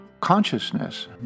Consciousness